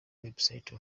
website